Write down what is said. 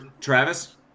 Travis